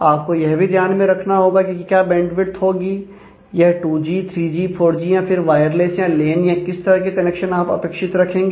आपको यह भी ध्यान में रखना होगा कि क्या बैंडविथ होगी यह 2G 3G 4G या फिर वायरलेस या लेन या किस तरह के कनेक्शन आप अपेक्षित रखेंगे